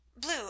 Blue